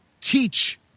teach